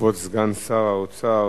כבוד סגן שר האוצר